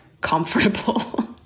comfortable